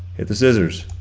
hit the scissors,